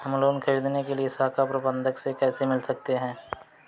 हम लोन ख़रीदने के लिए शाखा प्रबंधक से कैसे मिल सकते हैं?